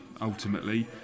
ultimately